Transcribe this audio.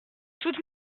toutes